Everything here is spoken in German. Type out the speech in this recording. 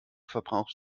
verbraucht